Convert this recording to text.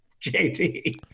JT